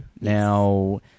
Now